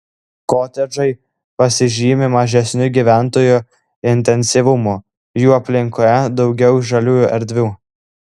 kotedžai pasižymi mažesniu gyventojų intensyvumu jų aplinkoje daugiau žaliųjų erdvių